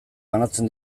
banatzen